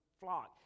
flock